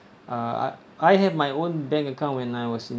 uh I I have my own bank account when I was in